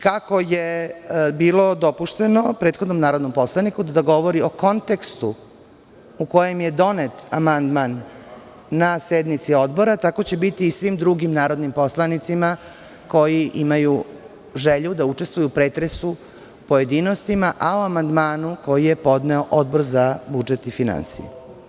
Kako je bilo dopušteno prethodnom narodnom poslaniku da govori o kontekstu u kojem je donet amandman na sednici Odbora, tako će biti i svim drugim narodnim poslanicima koji imaju želju da učestvuju u pretresu u pojedinostima, a o amandmanu koji je podneo Odbor za budžet i finansije.